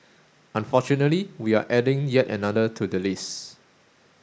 unfortunately we're adding yet another to the list